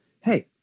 Hey